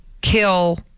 kill